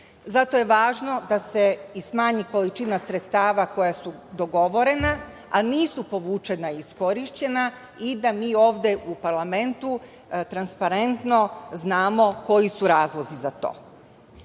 je važno da se smanji količina sredstava koja su dogovorena, a nisu povučena i iskorišćena i da mi ovde u parlamentu transparentno znamo koji su razlozi za to.